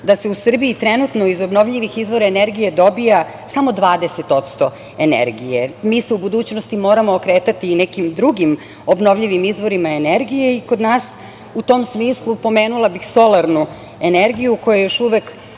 da se u Srbiji trenutno iz obnovljivih izvora energije dobija samo 20% energije. Mi se u budućnosti moramo okretati i nekim drugim obnovljivim izvorima energije i kod nas, u tom smislu, pomenula bih solarnu energiju, koja još uvek